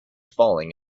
falling